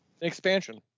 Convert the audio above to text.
expansion